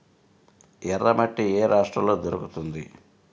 ఎర్రమట్టి ఏ రాష్ట్రంలో దొరుకుతుంది?